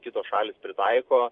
kitos šalys pritaiko